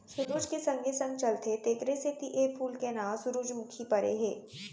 सुरूज के संगे संग चलथे तेकरे सेती ए फूल के नांव सुरूजमुखी परे हे